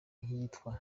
yitwa